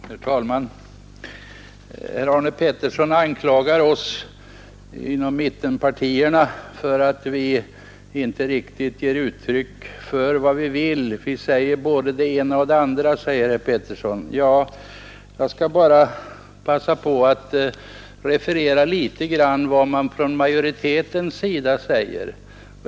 Herr talman! Herr Arne Pettersson i Malmö anklagar oss inom mittenpartierna för att vi inte riktigt ger uttryck för vad vi vill. Vi säger både det ena och det andra, påstår herr Pettersson. Jag skall passa på att referera litet grand av vad man säger från majoritetens sida.